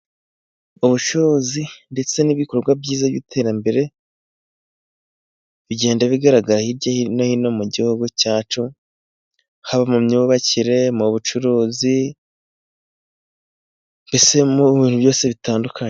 Ubucuruzi ndetse n'ibikorwa byiza by'iterambere, bigenda bigaragara hirya hi no hino mu gihugu cyacu, haba mu myubakire mu bucuruzi cyangwa mbese mu bintu byose bitandukanye.